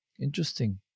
Interesting